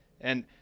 And-